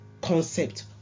concept